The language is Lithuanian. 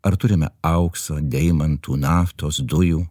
ar turime aukso deimantų naftos dujų